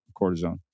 cortisone